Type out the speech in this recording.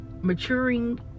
maturing